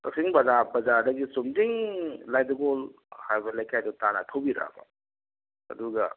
ꯀꯥꯛꯆꯤꯡ ꯕꯖꯥꯔ ꯕꯖꯥꯔꯗꯒꯤ ꯆꯨꯝꯗ꯭ꯔꯤꯡ ꯂꯥꯏꯗꯨꯒꯣꯜ ꯍꯥꯏꯕ ꯂꯩꯀꯥꯏꯗꯨ ꯇꯥꯟꯅ ꯊꯧꯕꯤꯔꯛꯑꯕ ꯑꯗꯒ